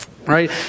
Right